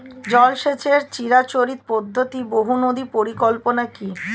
জল সেচের চিরাচরিত পদ্ধতি বহু নদী পরিকল্পনা কি?